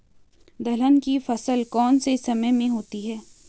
दलहन की फसल कौन से समय में होती है?